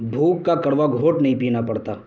بھوک کا کڑوا گھونٹ نہیں پینا پڑتا